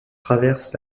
traverse